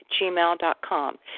gmail.com